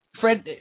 Fred